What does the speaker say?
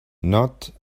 not